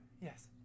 Yes